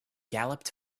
galloped